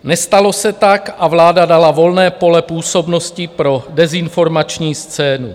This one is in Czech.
Nestalo se tak a vláda dala volné pole působnosti pro dezinformační scénu.